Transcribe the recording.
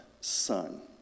son